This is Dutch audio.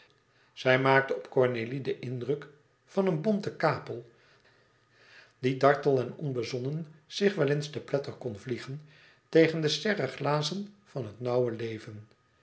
zij maakte op cornélie den indruk van eene bonte kapel die dartel en onbezonnen zich wel eens te pletter kon vliegen tegen de serre glazen van het nauwe leven